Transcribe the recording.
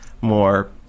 more